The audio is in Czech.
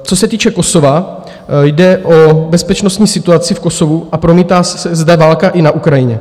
Co se týče Kosova, jde o bezpečnostní situaci v Kosovu a promítá se zde válka i na Ukrajině.